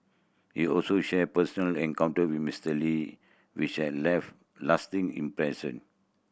he also shared personal encounter with Mister Lee which have left lasting impression